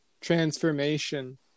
transformation